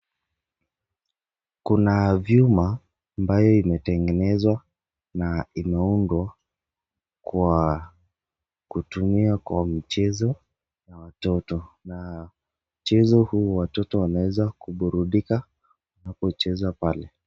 Kuna vyuma ambayo imetengenezwa na imeundwa kwa kutumiwa kwa michezo na watoto, na mchezo huu wa watoto wanaeza kuburudika wanapocheza pale.